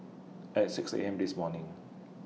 At six A M This morning